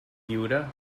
lliure